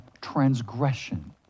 transgression